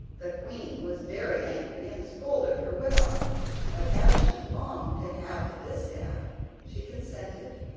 the queen was very angry, and scolded her well but as she longed to have the distaff she consented,